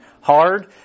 hard